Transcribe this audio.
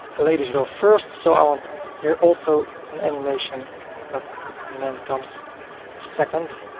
ladies go first. so i want here also an animation but the man comes second,